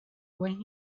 when